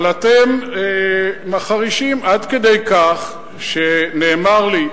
אבל אתם מחרישים עד כדי כך שנאמר לי,